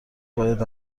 باید